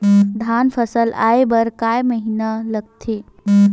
धान फसल आय बर कय महिना लगथे?